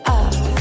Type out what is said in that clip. up